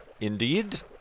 Indeed